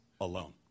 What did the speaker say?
alone